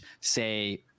say